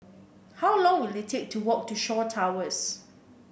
how long will it take to walk to Shaw Towers